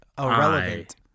irrelevant